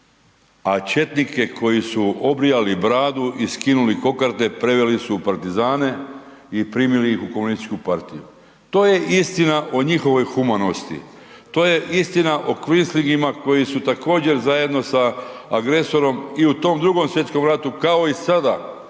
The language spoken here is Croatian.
a četnike koji su obrijali bradu i skinuli kokarde preveli su u partizane i primili ih u komunističku partiju. To je istina o njihovoj humanosti, to je istina o kvislinzima koji su također zajedno sa agresorom i u tom Drugom svjetskom ratu kao i sada postali